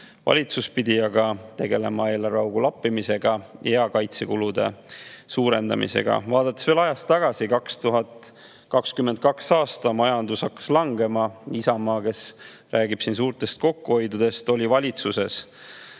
Valitsus pidi aga tegelema eelarveaugu lappimisega ja kaitsekulude suurendamisega. Vaadates veel ajas tagasi, 2022. aastal hakkas majandus langema. Isamaa, kes räägib siin suurest kokkuhoiust, oli valitsuses.